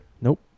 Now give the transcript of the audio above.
Nope